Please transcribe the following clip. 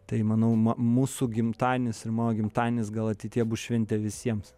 tai manau ma mūsų gimtadienis ir mano gimtadienis gal ateityje bus šventė visiems